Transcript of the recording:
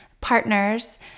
partners